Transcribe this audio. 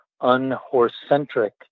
unhorse-centric